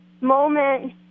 moment